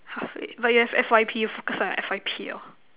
!huh! wait but you have F_Y_P focus on your F_Y_P orh